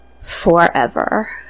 forever